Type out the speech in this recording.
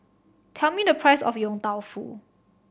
tell me the price of Yong Tau Foo